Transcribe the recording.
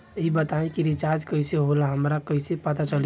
ई बताई कि रिचार्ज कइसे होला हमरा कइसे पता चली?